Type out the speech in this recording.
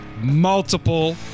multiple